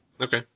Okay